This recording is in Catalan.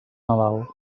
nadal